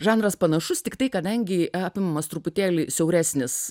žanras panašus tiktai kadangi apimamas truputėlį siauresnis